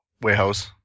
warehouse